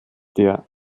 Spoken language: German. der